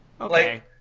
Okay